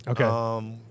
Okay